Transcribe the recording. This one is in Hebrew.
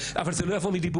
אבל זה לא יבוא מדיבורים.